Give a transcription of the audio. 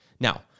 Now